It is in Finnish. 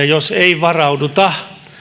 jos ei varauduta